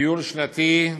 'טיול שנתי'